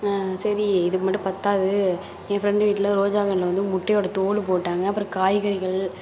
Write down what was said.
சரி இதுக்கு மட்டும் பற்றது என் ஃப்ரெண்டு வீட்டில் ரோஜா கன்றுல வந்து முட்டையோடய தோல் போட்டாங்க அப்புறம் காய்கறிகள்